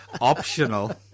Optional